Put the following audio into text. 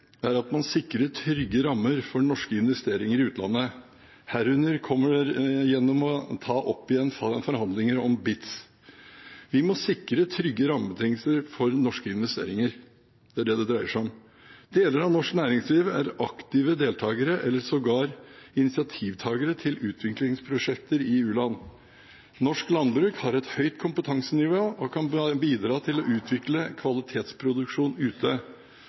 er at man sikrer trygge rammer for norske investeringer i utlandet, herunder gjennom å ta opp igjen forhandlinger om BITs. Vi må sikre trygge rammebetingelser for norske investeringer. Det er det det dreier seg om. Deler av norsk næringsliv er aktive deltakere i, eller sågar initiativtakere til, utviklingsprosjekter i u-land. Norsk landbruk har et høyt kompetansenivå og kan bidra til å utvikle kvalitetsproduksjon ute.